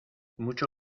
mucho